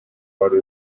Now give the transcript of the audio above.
wari